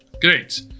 Great